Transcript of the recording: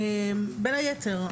בין היתר.